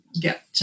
get